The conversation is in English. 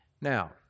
Now